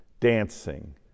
dancing